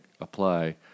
apply